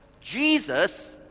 Jesus